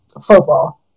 football